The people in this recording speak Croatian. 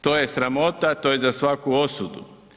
To je sramota, to je za svaku osudu.